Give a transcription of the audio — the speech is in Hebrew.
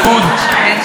זו כבר פעם שלישית.